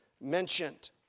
mentioned